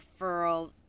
referral